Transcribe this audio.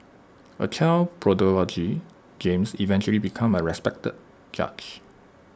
A child prodigy James eventually became A respected judge